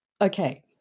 Okay